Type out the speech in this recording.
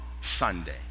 Sunday